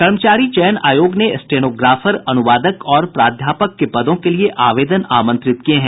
कर्मचारी चयन आयोग ने स्टेनोग्राफर अनुवादक और प्राध्यापक के पदों के लिए आवेदन आमंत्रित किये हैं